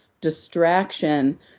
distraction